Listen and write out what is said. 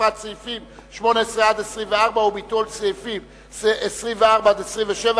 הוספת סעיפים 18 24 וביטול סעיפים 24 27,